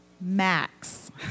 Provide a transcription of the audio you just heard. Max